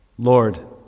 Lord